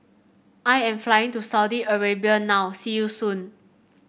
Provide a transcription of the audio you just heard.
I am flying to Saudi Arabia now see you soon